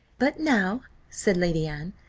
but now, said lady anne,